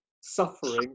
suffering